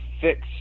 fix